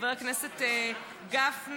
לחבר הכנסת גפני,